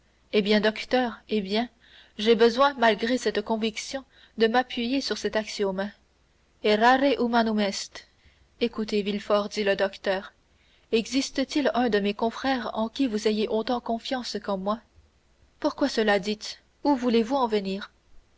eh bien docteur eh bien j'ai besoin malgré cette conviction de m'appuyer sur cet axiome errare humanum est écoutez villefort dit le docteur existe-t-il un de mes confrères en qui vous ayez autant confiance qu'en moi pourquoi cela dites où voulez-vous en venir